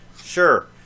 sure